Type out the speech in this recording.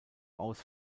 aus